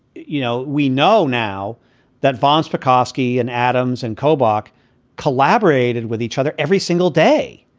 you know, we know now that von spakovsky and adams and kobuk collaborated with each other every single day.